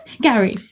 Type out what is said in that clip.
gary